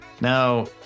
Now